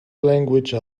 language